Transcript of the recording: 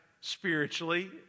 spiritually